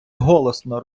голосно